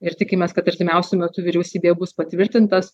ir tikimės kad artimiausiu metu vyriausybėje bus patvirtintas